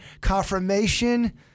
confirmation